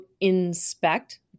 inspect